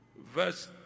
verse